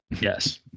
Yes